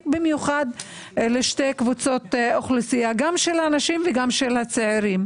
בנוגע לשתי קבוצות אוכלוסייה - הנשים והצעירים.